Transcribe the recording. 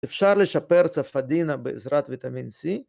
‫אפשר לשפר צפדינה בעזרת ויטמין C.